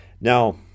Now